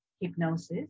hypnosis